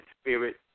spirit